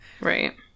Right